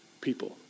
people